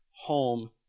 home